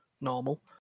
normal